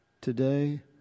Today